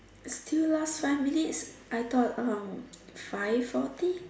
still last five minutes I thought um five forty